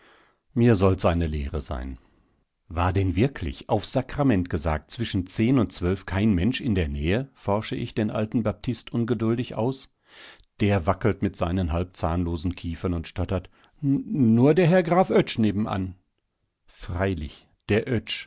mir soll's eine lehre sein war denn wirklich aufs sakrament gesagt zwischen zehn und zwölf kein mensch in der nähe forsche ich den alten baptist ungeduldig aus der wackelt mit seinen halb zahnlosen kiefern und stottert nur der herr graf oetsch nebenan freilich der